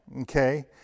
okay